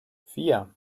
vier